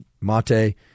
mate